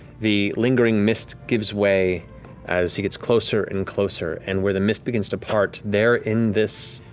the lingering mist gives way as he gets closer and closer, and where the mist begins to part, there, in this